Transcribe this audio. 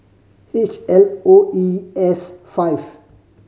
H L O E S five